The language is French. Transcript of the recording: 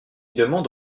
demande